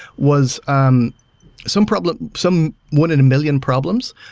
was um some problem some one in a million problems.